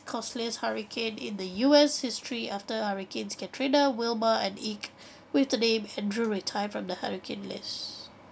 costliest hurricane in the U_S history after hurricanes katrina wilma and ike with the name andrew retired from the hurricane list